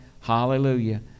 Hallelujah